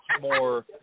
more